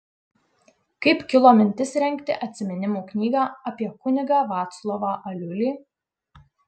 kaip kilo mintis rengti atsiminimų knygą apie kunigą vaclovą aliulį